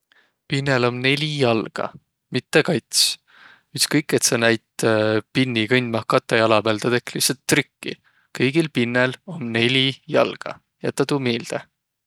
Pinnel om neli jalga, mitte kats. Ütskõik, et saq näit pinni kõndmah katõ jala pääl, tä tekk' lihtsält trikki. Kõigil pinnel om neli jalga, jätäq tuu miilde!